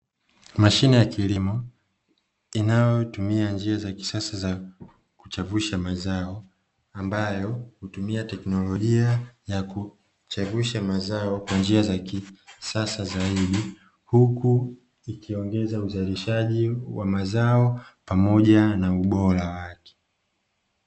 Mashine ya kilimo inayotumia njia za kisasa za kuchavusha mazao, ambayo inatumia teknolojia ya kuchavusha mazao kwa njia za kisasa zaidi, huku ikiongeza uzalishaji wa mazao pamoja na ubora wake.